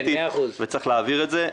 וצריך להעביר את זה.